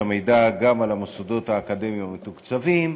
המידע גם על המוסדות האקדמיים המתוקצבים,